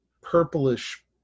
purplish